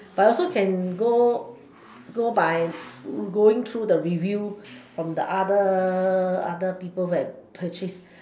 but also can go go by going to the reviews from the other other people that purchased